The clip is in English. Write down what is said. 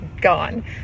gone